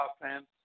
offense